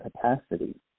capacity